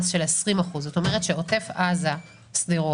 של 20%. זאת אומרת שעוטף עזה ושדרות,